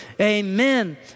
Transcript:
Amen